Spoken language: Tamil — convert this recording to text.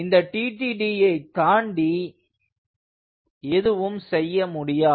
இந்த TTD ஐ தாண்டி எதுவும் செய்ய முடியாது